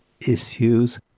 issues